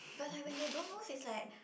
but like when they don't move is like